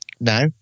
No